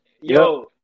Yo